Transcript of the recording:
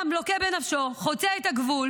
כנסת נכבדה,